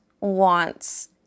wants